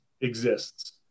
exists